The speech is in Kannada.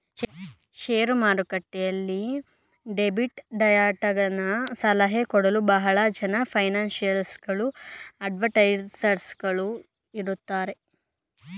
ಶೇರು ಮಾರುಕಟ್ಟೆಯಲ್ಲಿ ಡೆಬಿಟ್ ಡಯಟನ ಸಲಹೆ ಕೊಡಲು ಬಹಳ ಜನ ಫೈನಾನ್ಸಿಯಲ್ ಗಳು ಅಡ್ವೈಸರ್ಸ್ ಗಳು ಇರುತ್ತಾರೆ